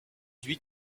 huit